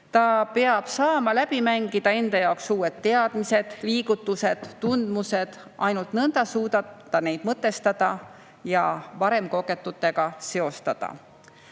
Ta peab saama läbi mängida enda jaoks uued teadmised, liigutused, tundmused, ainult nõnda suudab ta neid mõtestada ja varem kogetutega seostada.